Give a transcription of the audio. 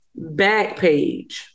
Backpage